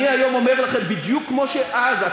ואני אומר לכם כשר